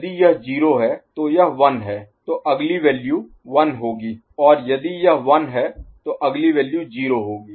यदि यह 0 है तो यह 1 है तो अगली वैल्यू 1 होगी और यदि यह 1 है तो अगली वैल्यू 0 होगी